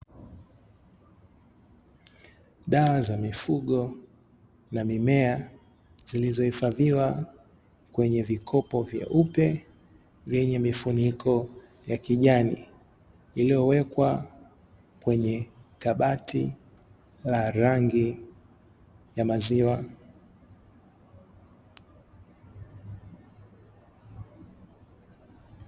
Dawa za mifugo na mimea zilizohifadhiwa kwenye vikopo vyeupe, vyenye mifuniko ya kijani vilivyowekwa kwenye kabati la rangi ya maziwa.